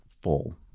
full